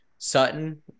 Sutton